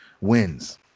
wins